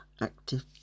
active